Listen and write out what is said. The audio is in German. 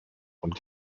und